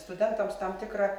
studentams tam tikrą